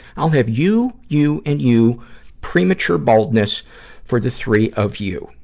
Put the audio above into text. i'll have you, you, and you premature baldness for the three of you.